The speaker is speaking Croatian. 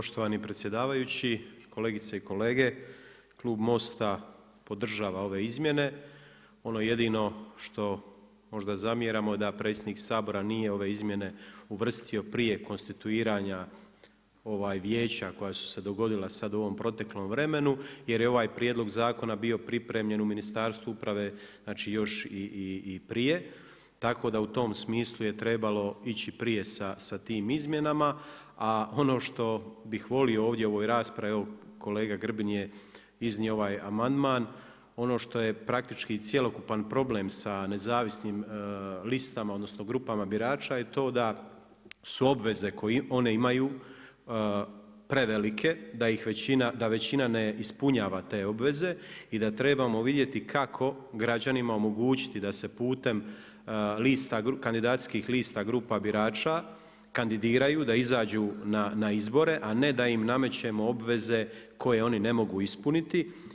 Poštovani predsjedavajući, kolegice i kolege, klub MOST-a podržava ove izmjene, ono jedino što možda zamjeramo da predsjednik Sabora nije ove izmjene uvrstio prije konstituiranja vijeća koja su se dogodila sad u ovom proteklom vremenu, jer je ovaj prijedlog zakona bio pripremljen u Ministarstvu uprave, znači još i prije, tako da u tom smislu je trebalo ići prije sa tim izmjenama a ono što bih volio ovdje u ovoj raspravi, evo kolega Grbin je iznio ovaj amandman, ono što je praktički cjelokupan problem sa nezavisnim listama, odnosno grupama birača je to da su obveze koje one imaju prevelike, da većina ne ispunjava te obveze, i da trebamo vidjeti kako građanima omogućiti da se putem kandidacijskih lista grupa birača kandidiraju, da izađu na izbore, a ne da im namećemo obveze koji oni ne mogu ispuniti.